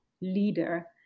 leader